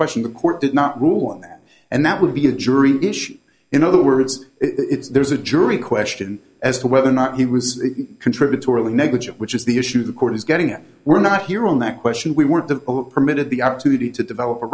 question the court did not rule on that and that would be a jury issue in other words it's there is a jury question as to whether or not he was contributory negligence which is the issue the court is getting at we're not here on that question we weren't of permitted the opportunity to develop a